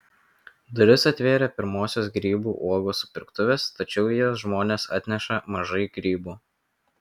duris atvėrė pirmosios grybų uogų supirktuvės tačiau į jas žmonės atneša mažai grybų